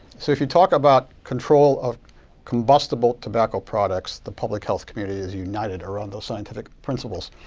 so if you talk about control of combustible tobacco products, the public health community is united around those scientific principles.